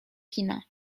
kina